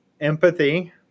empathy